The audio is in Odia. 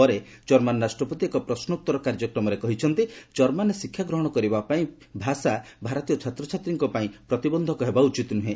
ପରେ ଜର୍ମାନ୍ ରାଷ୍ଟ୍ରପତି ଏକ ପ୍ରଶ୍ମ ଉତ୍ତର କାର୍ଯ୍ୟକ୍ରମ କହିଛନ୍ତି କର୍ମାନ୍ରେ ଶିକ୍ଷାଗ୍ହଣ କରିବା ପାଇଁ ଭାଷା ଭାରତୀୟ ଛାତ୍ଛାତୀଙ୍କ ପାଇଁ ପ୍ରତିବନ୍ଧକ ହେବା ଉଚିତ୍ ନୁହେଁ